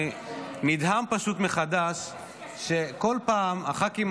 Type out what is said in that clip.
אני נדהם פשוט מחדש שכל פעם הח"כים